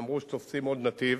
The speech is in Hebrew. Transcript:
אמרו שתופסים עוד נתיב.